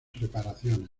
reparaciones